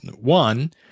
One